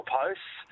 posts